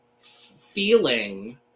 feeling